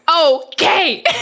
okay